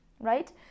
right